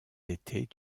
étés